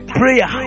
prayer